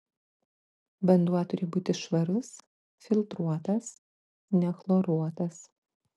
vanduo turi būti švarus filtruotas nechloruotas